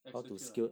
execute ah